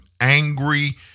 angry